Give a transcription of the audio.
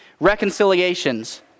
reconciliations